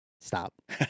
Stop